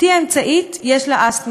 בתי האמצעית, יש לה אסתמה.